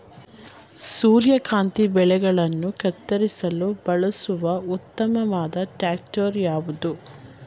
ಸೂರ್ಯಕಾಂತಿ ಬೆಳೆಗಳನ್ನು ಕತ್ತರಿಸಲು ಬಳಸುವ ಉತ್ತಮವಾದ ಟ್ರಾಕ್ಟರ್ ಯಾವುದು?